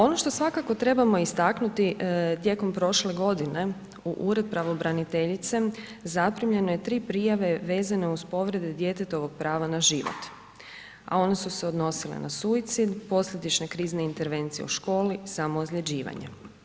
Ono što svakako trebamo istaknuti tijekom prošle godine u Ured pravobraniteljice zaprimljeno je 3 prijave vezane uz povrede djetetovog prava na život a one su se odnosile na suicid, posljedične krizne intervencije u školi, samoozljeđivanje.